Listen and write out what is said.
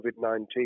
COVID-19